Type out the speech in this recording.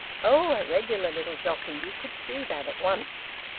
oh! a regular little jockey! you could see that at once.